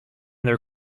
their